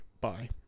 Bye